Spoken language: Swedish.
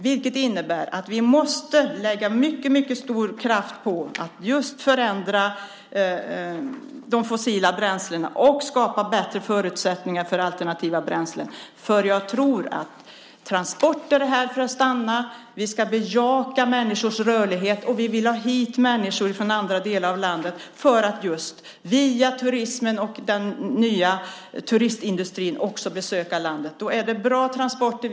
Det innebär att vi måste lägga mycket stor kraft på att just förändra de fossila bränslena och skapa bättre förutsättningar för alternativa bränslen. Transporter är här för att stanna. Vi ska bejaka människors rörlighet. Vi vill ha hit människor från andra delar av landet och också människor som besöker landet via den nya turistindustrin. Vi behöver då ha bra transporter.